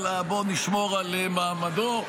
בוא נשמור על מעמדו.